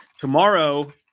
Tomorrow